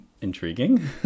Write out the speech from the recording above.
intriguing